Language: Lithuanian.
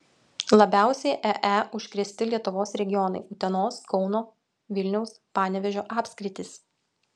labiausiai ee užkrėsti lietuvos regionai utenos kauno vilniaus panevėžio apskritys